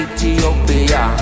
Ethiopia